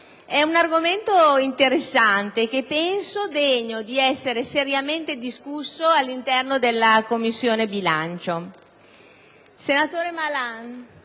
è un argomento interessante che penso sia degno di essere seriamente discusso all'interno della Commissione bilancio. Senatore Malan,